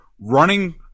running